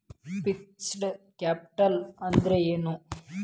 Fixed capital ಅಂದ್ರೇನು?